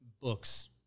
books